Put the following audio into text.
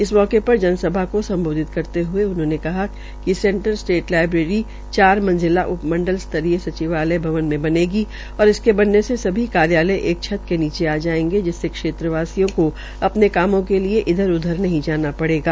इस मौके पर जनसभा को सम्बोधित करते हये सेंटर स्टेट लाइब्रेरी चार मंजिला उप मंडल स्तरीय सचिवालय भ्वन में बनेगी और इसके बनेन से सी कार्यालय एक छत के नीचे आ जायेंगे जिससे क्षेत्र वासियों को अपने कामों के लिये इधर उधर नहीं जाना पड़ेगा